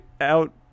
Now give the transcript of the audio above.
out